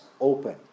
open